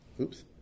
Oops